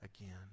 again